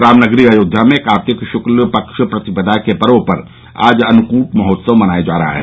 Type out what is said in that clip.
राम नगरी अयोध्या में कार्तिक शुक्ल पक्ष प्रतिपदा के पर्व पर आज अन्नकूट महोत्सव मनाया जा रहा है